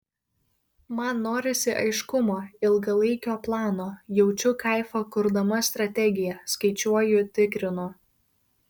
man norisi aiškumo ilgalaikio plano jaučiu kaifą kurdama strategiją skaičiuoju tikrinu